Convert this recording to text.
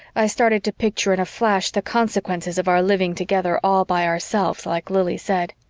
i started to picture in a flash the consequences of our living together all by ourselves like lili said.